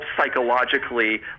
psychologically